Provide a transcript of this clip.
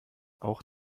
auch